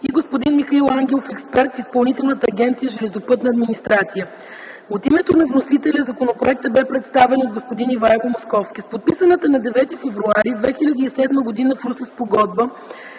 и господин Михаил Ангелов – експерт в Изпълнителната агенция „Железопътна администрация”. От името на вносителя законопроектът бе представен от господин Ивайло Московски. С подписаната на 9 февруари 2007 г. в Русе Спогодба